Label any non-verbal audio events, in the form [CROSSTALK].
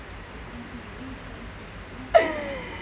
[LAUGHS]